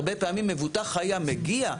הרבה פעמים מבוטח היה מגיע,